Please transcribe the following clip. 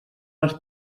els